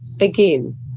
again